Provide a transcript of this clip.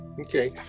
Okay